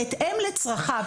בהתאם לצרכיו.